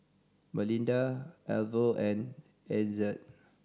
Melinda Arvo and Ezzard